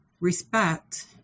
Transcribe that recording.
respect